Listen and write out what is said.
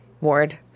ward